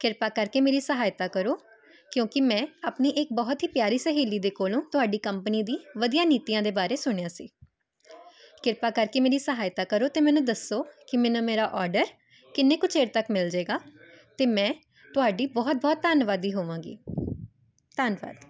ਕਿਰਪਾ ਕਰਕੇ ਮੇਰੀ ਸਹਾਇਤਾ ਕਰੋ ਕਿਉਂਕਿ ਮੈਂ ਆਪਣੀ ਇੱਕ ਬਹੁਤ ਹੀ ਪਿਆਰੀ ਸਹੇਲੀ ਦੇ ਕੋਲੋਂ ਤੁਹਾਡੀ ਕੰਪਨੀ ਦੀ ਵਧੀਆ ਨੀਤੀਆਂ ਦੇ ਬਾਰੇ ਸੁਣਿਆ ਸੀ ਕਿਰਪਾ ਕਰਕੇ ਮੇਰੀ ਸਹਾਇਤਾ ਕਰੋ ਅਤੇ ਮੈਨੂੰ ਦੱਸੋ ਕਿ ਮੈਨੂੰ ਮੇਰਾ ਆਰਡਰ ਕਿੰਨੇ ਕੁ ਚਿਰ ਤੱਕ ਮਿਲ ਜਾਵੇਗਾ ਅਤੇ ਮੈਂ ਤੁਹਾਡੀ ਬਹੁਤ ਬਹੁਤ ਧੰਨਵਾਦੀ ਹੋਵਾਂਗੀ ਧੰਨਵਾਦ